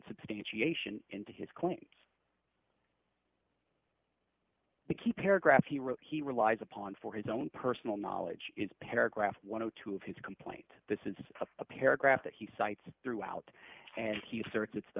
substantiation into his claims the key paragraph he relies upon for his own personal knowledge is paragraph one of two of his complaint this is a paragraph that he cites throughout and he asserts it's the